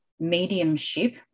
mediumship